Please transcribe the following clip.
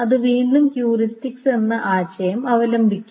അത് വീണ്ടും ഹ്യൂറിസ്റ്റിക്സ് എന്ന ആശയം അവലംബിക്കും